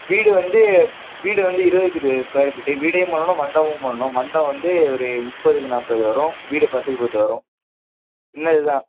வீடு வந்து வீடு வந்து இருபதுக்கு இருபது ஸ்கொயர் ஃபீட்டு வீடையும் பண்ணணும் மண்டபமும் பண்ணணும் மண்டபம் வந்து ஒரு முப்பதுக்கு நாற்பது வரும் வீடு பத்துக்குப் பத்துக்கு வரும் சின்னது தான்